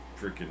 freaking